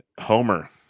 homer